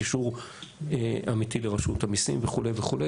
קישור אמיתי לרשות המיסים וכו',